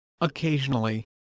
Occasionally